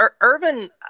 Irvin